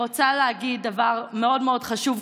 להגיד דבר מאוד מאוד חשוב,